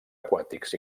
aquàtics